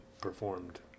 performed